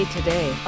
today